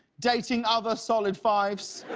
dating other solid five s.